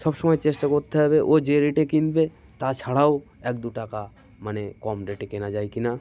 সব সময় চেষ্টা করতে হবে ও যে রেটে কিনবে তাছাড়াও এক দু টাকা মানে কম রেটে কেনা যায় কিনা